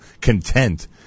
content